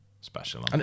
special